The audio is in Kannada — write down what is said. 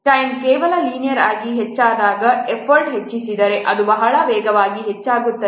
ಟೈಮ್ ಕೇವಲ ಲೀನಿಯರ್ ಆಗಿ ಹೆಚ್ಚಾಗದ ಎಫರ್ಟ್ ಹೆಚ್ಚಿಸಿದರೆ ಅದು ಬಹಳ ವೇಗವಾಗಿ ಹೆಚ್ಚಾಗುತ್ತದೆ